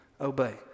Obey